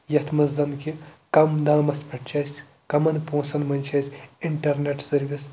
یَتھ منٛز زَن کہِ کَم دامَس پٮ۪ٹھ چھِ اَسہِ کَمَن پونٛسَن مںٛز چھِ أسۍ اِنٹرنٮ۪ٹ سٔروِس